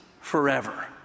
forever